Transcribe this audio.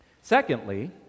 Secondly